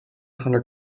hunter